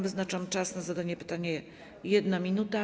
Wyznaczam czas na zadanie pytania na 1 minutę.